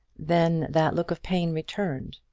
then that look of pain returned.